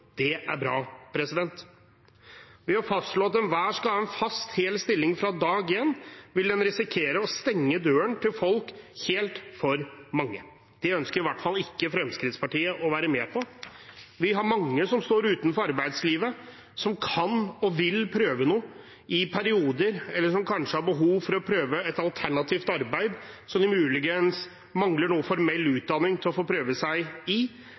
Det er bra. Ved å fastslå at enhver skal ha en fast, hel stilling fra dag én, vil en risikere å stenge døren helt for mange. Det ønsker i hvert fall ikke Fremskrittspartiet å være med på. Vi har mange som står utenfor arbeidslivet, som kan og vil prøve noe i perioder, eller som kanskje har behov for å prøve et alternativt arbeid som de muligens mangler noe formell utdanning til å få prøvd seg i.